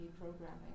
programming